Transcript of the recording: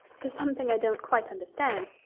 there's something i don't quite understand.